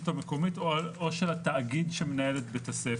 המקומית או של התאגיד שמנהל את בית הספר.